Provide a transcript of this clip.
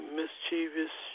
mischievous